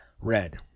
Red